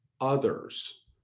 others